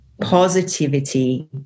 positivity